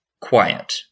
quiet